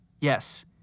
Yes